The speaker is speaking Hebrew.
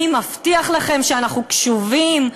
אני מבטיח לכם שאנחנו קשובים,